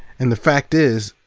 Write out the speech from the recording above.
and the fact is,